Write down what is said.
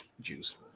juice